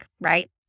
right